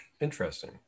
Interesting